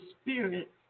spirit